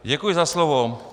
Děkuji za slovo.